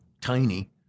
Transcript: tiny